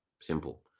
Simple